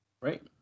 Right